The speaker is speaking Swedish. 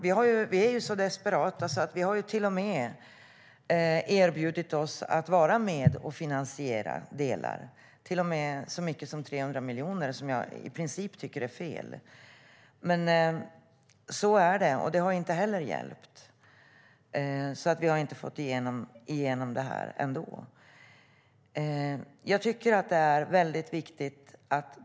Vi är så desperata att vi till och med har erbjudit oss att vara med och finansiera med så mycket som 300 miljoner. Det tycker jag i princip är fel, men så är det. Det har dock inte hjälpt, för vi har ändå inte fått igenom det.